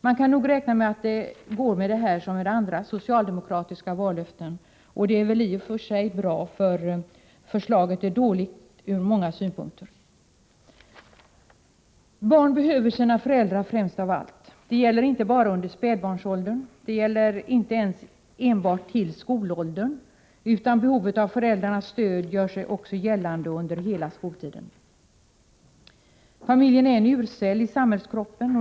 Man kan nog räkna med att det går med det här som med andra socialdemokratiska vallöften. Det är väl i och för sig bra, därför att förslaget är dåligt ur många synpunkter. Barn behöver sina föräldrar främst av allt. Det gäller inte bara under spädbarnsåldern, inte ens enbart till skolåldern, utan behovet av föräldrarnas stöd gör sig också gällande under hela skoltiden. Familjen är en urcell i samhällskroppen.